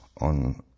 on